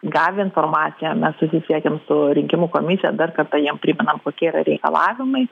gavę informaciją mes susisiekiam su rinkimų komisija dar kartą jiem primenam kokie yra reikalavimai